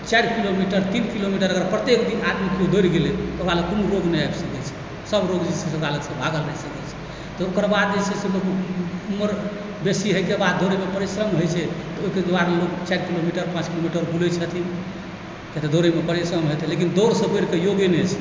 चारि किलोमीटर तीन किलोमीटर अगर प्रत्येक दिन आदमी केओ दौड़ गेलै ओकरा लग कोनो रोग नहि आबि सकै छै सब रोग जे छै से ओकरा लगसँ भागल रहतै तऽ ओकर बाद जे छै से लोकके उमर बेसी होइके बाद दौड़ैमे लोकके परिश्रम होइत छै तैँ दुआरे लोग चारि किलोमीटर पाँच किलोमीटर बुलै छथिन कियाक तऽ दौड़ैमे परिश्रम हेतैक लेकिन दौड़सँ बढ़िकऽ योगे नहि छै